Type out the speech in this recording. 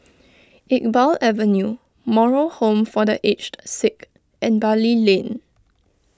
Iqbal Avenue Moral Home for the Aged Sick and Bali Lane